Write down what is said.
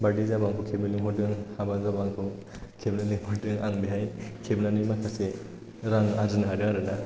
birthday जाबा आंखौ खेबनो लिंहरदों हाबा जाबा आंखौ खेबनो लिंहरदों आं बैहाय खेबनानै माखासे रां आरजिनो हादों आरोना